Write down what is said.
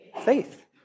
Faith